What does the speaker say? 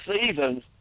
seasons